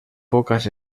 pocas